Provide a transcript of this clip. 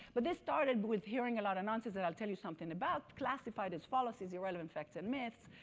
but this started with hearing a lot of nonsense that i'll tell you something about, classified as fallacies, irrelevant facts and myths